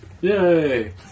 Yay